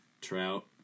trout